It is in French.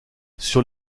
sur